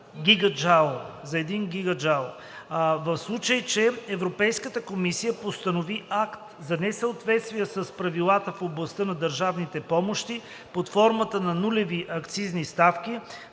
за 1 гигаджаул, в случай че Европейската комисия постанови акт за несъответствие с правилата в областта на държавните помощи под формата на нулеви акцизни ставки